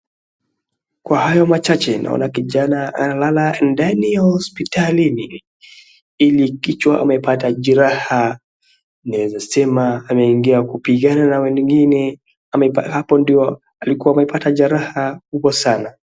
Kwa hayo machache kijana amelala ndani ya hospitalini ili kichwa amepata jeraha, naeza sema ameingia kupigana na wengine hapo ndipo amepata jeraha kubwa sana.